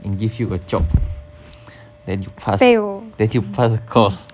and give you a chop then you pass then you pass course